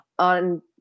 On